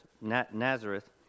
Nazareth